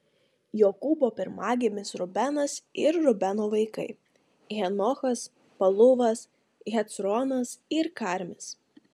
jokūbo pirmagimis rubenas ir rubeno vaikai henochas paluvas hecronas ir karmis